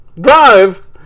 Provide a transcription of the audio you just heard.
drive